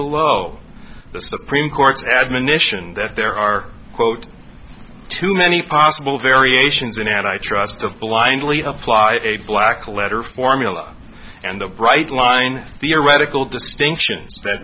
below the supreme court's admonition that there are quote too many possible variations in and i trust of blindly a fly black letter formula and the bright line theoretical distinction